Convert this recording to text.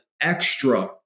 extra